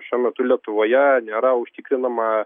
šiuo metu lietuvoje nėra užtikrinama